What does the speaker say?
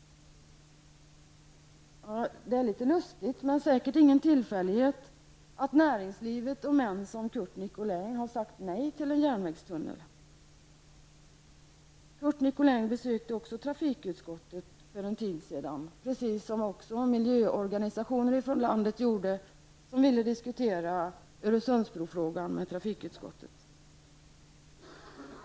Det är litet lustigt men säkert ingen tillfällighet att näringslivet och män som Curt Nicolin har sagt nej till en järnvägstunnel. Curt Nicolin besökte för en tid sedan trafikutskottet. Detta gjorde också miljöorganisationer från landet, som ville diskutera frågan om Öresundsbron med trafikutskottet.